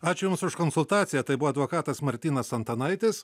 ačiū jums už konsultaciją tai buvo advokatas martynas antanaitis